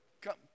come